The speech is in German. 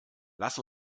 lass